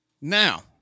now